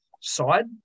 side